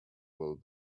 will